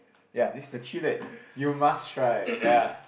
ya this is the three that you must try ya